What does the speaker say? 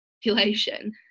population